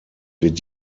wird